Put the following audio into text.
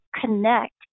connect